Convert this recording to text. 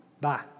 Bye